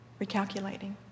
Recalculating